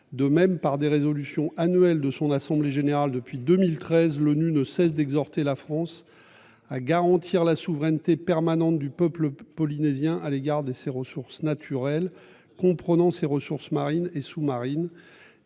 De même, par des résolutions annuel de son assemblée générale depuis 2013, l'ONU ne cesse d'exhorter la France. À garantir la souveraineté permanente du peuple polynésien à l'égard des ses ressources naturelles comprenant ces ressources marines et sous-marine.